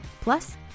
Plus